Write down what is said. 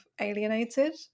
alienated